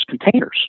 containers